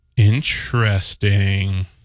Interesting